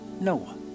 Noah